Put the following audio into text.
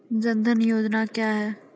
जन धन योजना क्या है?